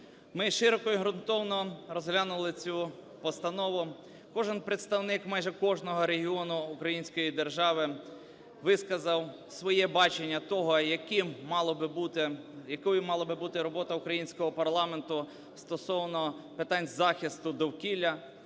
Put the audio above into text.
Ми широко і ґрунтовно розглянули цю постанову, кожен представник, майже кожного регіону української держави, висказав своє бачення того, а яким мало б бути, якою мала б бути робота українського парламенту стосовно питань захисту довкілля.